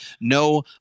no